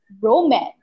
Romance